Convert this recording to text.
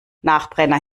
nachbrenner